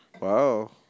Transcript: Wow